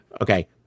Okay